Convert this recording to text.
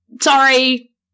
sorry